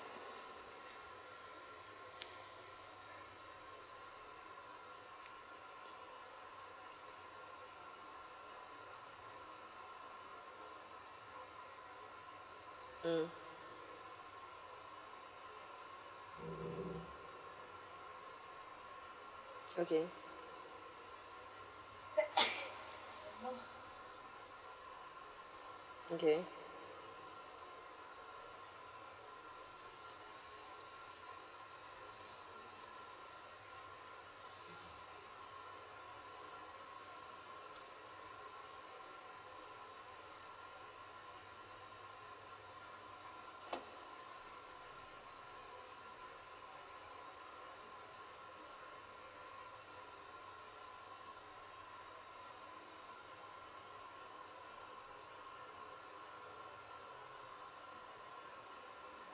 mm okay okay